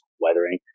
weathering